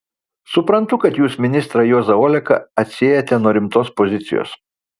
suprantu kad jūs ministrą juozą oleką atsiejate nuo rimtos pozicijos